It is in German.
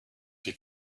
wie